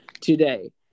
today